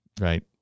right